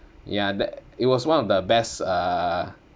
ya that it was one of the best uh